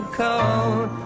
cold